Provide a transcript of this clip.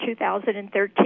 2013